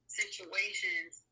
situations